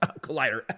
Collider